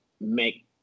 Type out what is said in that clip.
make